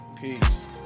Peace